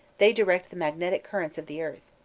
they direct the magnetic currents of the earth.